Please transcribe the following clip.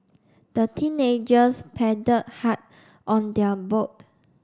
the teenagers paddled hard on their boat